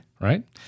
right